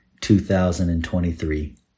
2023